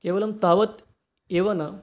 केवलं तावत् एव न